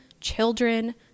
children